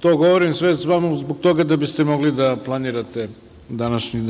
To govorim sve samo zbog toga da biste mogli da planirate današnji